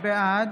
בעד